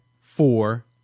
four